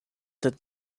that